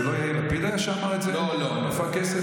זה לא יאיר לפיד שאמר את זה, איפה הכסף?